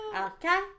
Okay